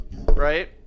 Right